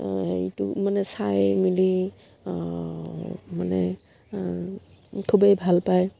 হেৰিটো মানে চাই মেলি মানে খুবেই ভাল পায়